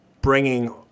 bringing